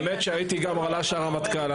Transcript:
האמת שהייתי גם רל"ש הרמטכ"ל.